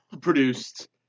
produced